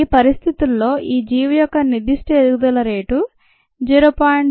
ఈ పరిస్థితుల్లో ఈ జీవి యొక్క నిర్ధిష్ట ఎదుగుదల రేటు 0